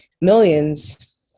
millions